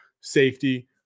safety